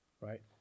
right